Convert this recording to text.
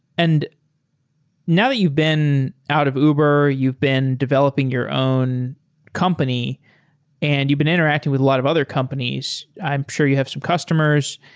and now that you've been out of uber, you've been developing your own company and you've been interacting with a lot of other companies, i'm sure you have some customers.